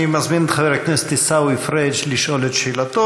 אני מזמין את חבר הכנסת עיסאווי פריג' לשאול את שאלתו.